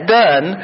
done